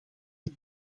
dit